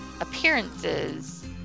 appearances